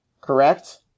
correct